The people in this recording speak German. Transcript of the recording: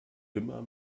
immer